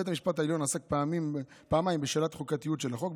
בית המשפט העליון עסק פעמיים בשאלת חוקתיותו של החוק.